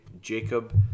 Jacob